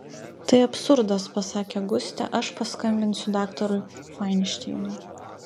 tai absurdas pasakė gustė aš paskambinsiu daktarui fainšteinui